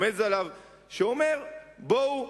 אומר: בואו,